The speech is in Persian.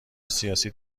سیاسی